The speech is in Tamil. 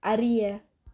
அறிய